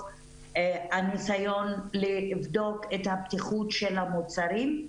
הניסיון לבדוק את הבטיחות של המוצרים.